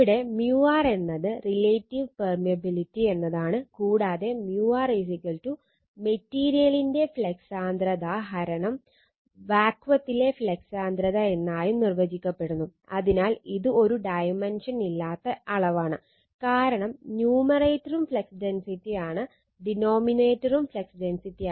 ഇവിടെ μr എന്നത് relative permeability ഇല്ലാത്ത അളവാണ് കാരണം ന്യൂമറേറ്ററും ഫ്ലക്സ് ഡെൻസിറ്റി ഡിനോമിനേറ്ററും ഫ്ലക്സ് ഡെൻസിറ്റി